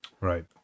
right